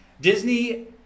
Disney